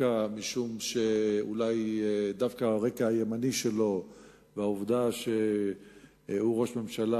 משום שדווקא הרקע הימני שלו והעובדה שהוא ראש ממשלה